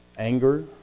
Anger